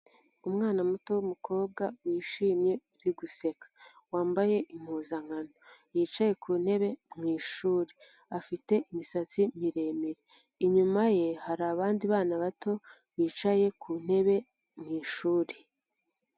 Umwana muto wumukobwa wishimye uri guseka, wambaye impuzankano yicaye ku ntebe mu ishuri afite imisatsi miremire. Inyuma ye hari abandi bana bato bicaye ku ntebe mu ishuri.